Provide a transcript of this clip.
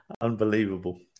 unbelievable